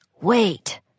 Wait